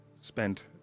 spent